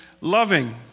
loving